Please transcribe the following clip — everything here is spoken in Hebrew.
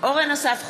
אורן אסף חזן,